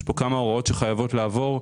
יש כמה הוראות שחייבות לעבור.